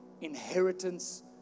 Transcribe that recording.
inheritance